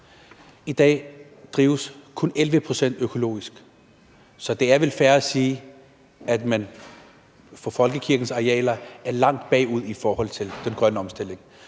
I dag drives kun 11 pct. økologisk, så det er vel fair at sige, at man på folkekirkens arealer er langt bagud i forhold til den grønne omstilling.